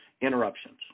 interruptions